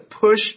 push